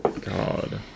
god